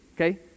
Okay